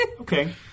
Okay